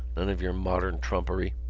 none of your modern trumpery.